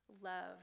love